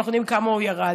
אנחנו יודעים כמה הוא ירד.